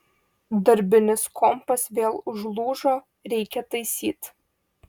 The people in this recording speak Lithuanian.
darbinis kompas vėl užlūžo reikia taisyt